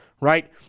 right